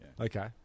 Okay